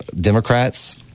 Democrats